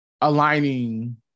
aligning